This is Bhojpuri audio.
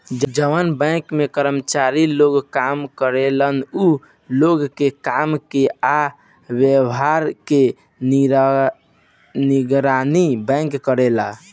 जवन बैंक में कर्मचारी लोग काम करेलन उ लोग के काम के आ व्यवहार के निगरानी बैंक करेला